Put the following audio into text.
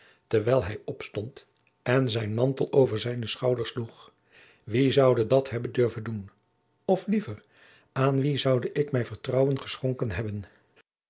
terwijl hij opstond en zijn mantel over zijnen schouder sloeg wie zoude dat hebben durven doen of liever aan wien zoude ik mijn vertrouwen geschonken hebben